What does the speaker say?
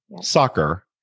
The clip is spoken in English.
soccer